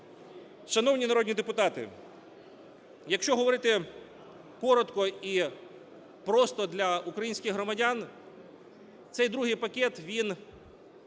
Шановні народні депутати! Якщо говорити коротко і просто для українських громадян, цей другий пакет він